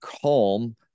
calm